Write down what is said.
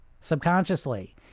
subconsciously